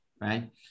right